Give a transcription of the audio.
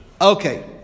Okay